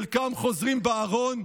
חלקם חוזרים בארון,